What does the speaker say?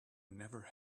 never